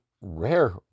rare